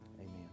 amen